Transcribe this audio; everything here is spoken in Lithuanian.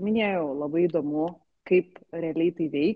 minėjau labai įdomu kaip realiai tai veik